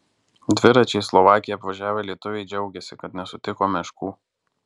dviračiais slovakiją apvažiavę lietuviai džiaugiasi kad nesutiko meškų